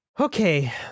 Okay